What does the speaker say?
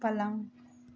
पलंग